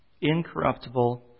incorruptible